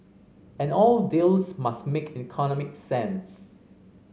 and all deals must make economic sense